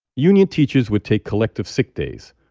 union teachers would take collective sick days.